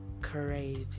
crazy